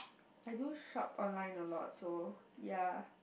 I do shop online a lot so ya